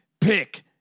Pick